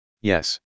Yes